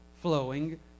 flowing